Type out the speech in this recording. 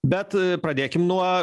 bet pradėkim nuo